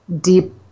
deep